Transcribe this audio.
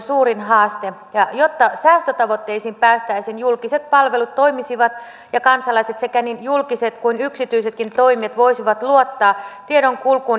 nämä ovat aina ongelmallisia jos nämä sähköistyshankkeet viivästyvät pitkälti ja tuovat sitten epävarmuutta sinne niille yrityksille jotka tätä logistiikkaa haluaisivat käyttää